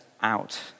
out